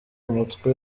umutwe